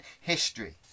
history